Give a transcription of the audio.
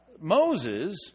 Moses